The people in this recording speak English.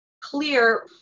clear